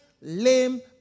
lame